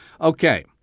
Okay